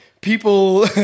People